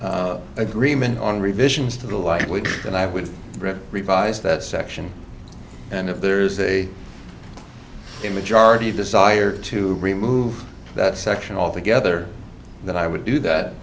is agreement on revisions to the likely and i would revise that section and if there is a a majority desire to remove that section altogether that i would do that